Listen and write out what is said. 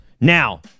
Now